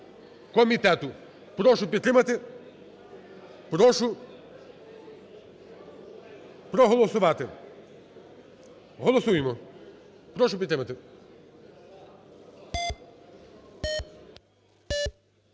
Прошу підтримати. Прошу проголосувати. Голосуємо. Прошу підтримати.